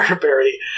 Barry